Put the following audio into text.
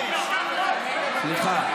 סליחה,